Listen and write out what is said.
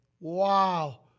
Wow